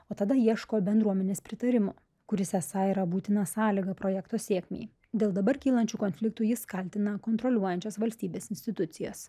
o tada ieško bendruomenės pritarimo kuris esą yra būtina sąlyga projekto sėkmei dėl dabar kylančių konfliktų jis kaltina kontroliuojančias valstybės institucijas